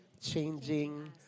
changing